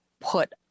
put